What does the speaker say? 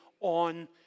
on